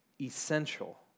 essential